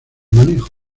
manejo